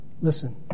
Listen